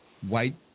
white